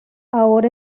ahora